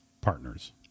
partners